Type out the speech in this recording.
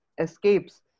escapes